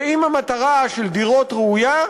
ואם המטרה של דירות ראויה,